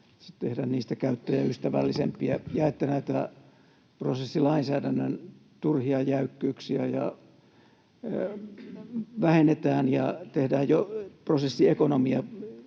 tehdään niistä käyttäjäystävällisempiä — ja näitä prosessilainsäädännön turhia jäykkyyksiä vähennetään ja tehdään prosessiekonomia,